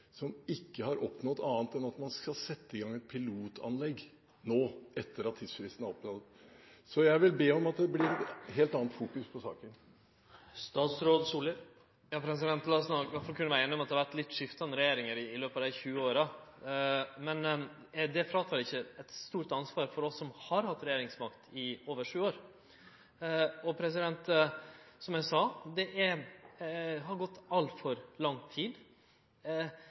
har man ikke oppnådd annet enn at man skal sette i gang et pilotanlegg nå etter at tidsfristen er overtrådt. Jeg vil be om at det blir et helt annet fokus på saken. Lat oss kunne vere einige om at det har vore litt skiftande regjeringar i løpet av dei 20 åra, men det fråtek ikkje oss eit stort ansvar som har hatt regjeringsmakt i over sju år. Som eg sa: Det har gått altfor lang tid.